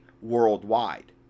worldwide